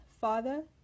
Father